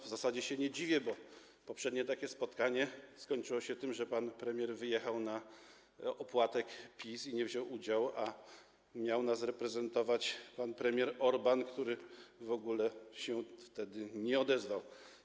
W zasadzie się nie dziwię, bo poprzednie takie spotkanie skończyło się tym, że pan premier wyjechał na spotkanie opłatkowe PiS i nie wziął w nim udziału, a miał nas reprezentować pan premier Orbán, który w ogóle się wtedy nie odezwał.